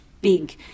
big